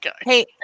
Hey